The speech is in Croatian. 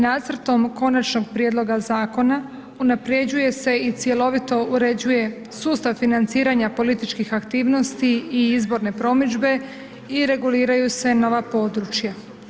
Nacrtom konačnog prijedloga zakona unaprjeđuje se i cjelovito uređuje sustav financiranja političkih aktivnosti i izborne promidžbe i reguliraju se nova područja.